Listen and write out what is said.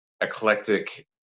eclectic